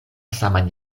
saman